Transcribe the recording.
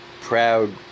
proud